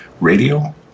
radio